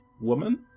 woman